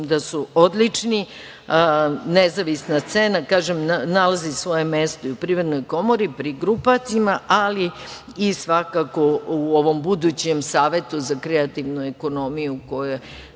da su odlični. Nezavisna scena, kažem, nalazi svoje mesto i u Privrednoj komori pri grupacijama, ali i svakako u ovom budućem Savetu za kreativnu ekonomiju koju